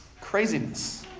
craziness